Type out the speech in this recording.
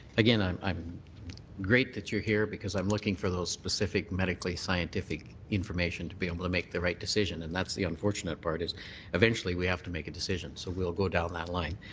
again, i'm i'm great that you're here because i'm looking for those specifically medically scientific information to be able to make the right decision, and that's the unfortunate part is eventually we have to make a decision so we'll go down that line.